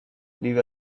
leave